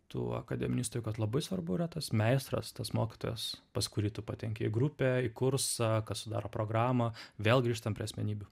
tų akademinių įstaigų kad labai svarbu yra tas meistras tas mokytojas pas kurį tu patenki į grupę į kursą kas sudaro programą vėl grįžtam prie asmenybių